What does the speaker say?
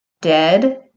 dead